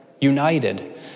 united